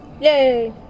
Yay